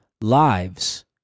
lives